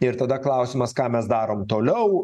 ir tada klausimas ką mes darom toliau